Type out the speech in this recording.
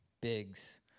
Biggs